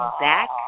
back